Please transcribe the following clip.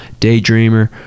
Daydreamer